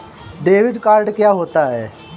Debit card क्या होता है?